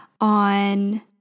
on